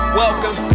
welcome